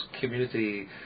Community